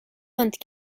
vingt